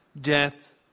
Death